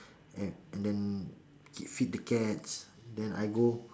and then k~ feed the cats then I go